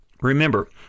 remember